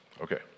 Okay